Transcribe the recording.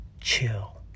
chill